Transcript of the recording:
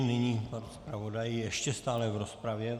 Nyní pan zpravodaj, ještě stále v rozpravě.